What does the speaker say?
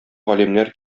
галимнәр